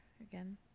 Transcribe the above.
again